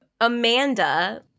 amanda